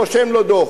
רושם לו דוח.